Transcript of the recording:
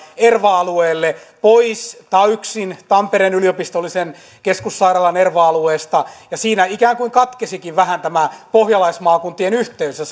erva alueelle pois taysin tampereen yliopistollisen keskussairaalan erva alueelta ja siinä ikään kuin katkesikin vähän tämä pohjalaismaakuntien yhteys ja